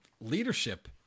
leadership